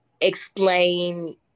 explain